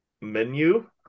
Menu